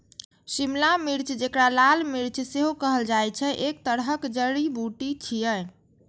शिमला मिर्च, जेकरा लाल मिर्च सेहो कहल जाइ छै, एक तरहक जड़ी बूटी छियै